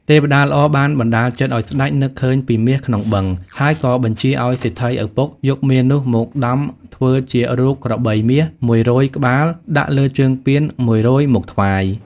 ទេវតាល្អបានបណ្ដាលចិត្តឲ្យស្តេចនឹកឃើញពីមាសក្នុងបឹង ហើយក៏បញ្ជាឲ្យសេដ្ឋីឪពុកយកមាសនោះមកដំធ្វើជា រូបក្របីមាស ១០០ ក្បាល ដាក់លើជើងពាន ១០០ មកថ្វាយ។